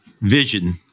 vision